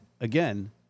again